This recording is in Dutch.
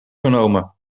genomen